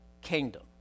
kingdom